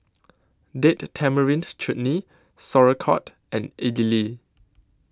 Date Tamarind Chutney Sauerkraut and Idili